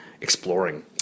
exploring